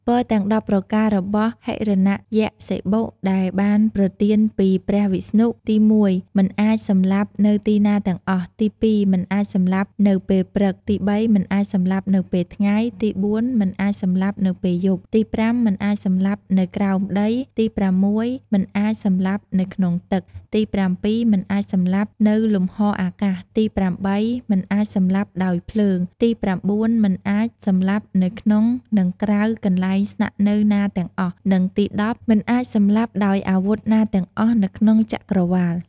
ពរទាំង១០ប្រការរបស់ ហិរណយក្សសិបុ ដែលបានប្រទានពីព្រះសិវៈ ទី១.មិនអាចសម្លាប់នៅទីណាទាំងអស់ ទី២.មិនអាចសម្លាប់នៅពេលព្រឹក ទី៣.មិនអាចសម្លាប់នៅពេលថ្ងៃ ទី៤.មិនអាចសម្លាប់នៅពេលយប់ ទី៥.មិនអាចសម្លាប់នៅក្រោមដី ទី៦.មិនអាចសម្លាប់នៅក្នុងទឹក ទី៧.មិនអាចសម្លាប់នៅលំហអាកាស ទី៨.មិនអាចសម្លាប់ដោយភ្លើង ទី៩.មិនអាចសម្លាប់នៅក្នុងនិងក្រៅ កន្លែងស្នាក់នៅណាទាំងអស់ និងទី១០.មិនអាចសម្លាប់ដោយអាវុធណាទាំងអស់នៅក្នុងចក្រវាឡ។